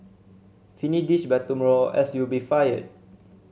finish this by tomorrow else you'll be fired